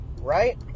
right